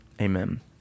amen